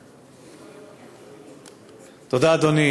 תודה, אדוני.